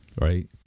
Right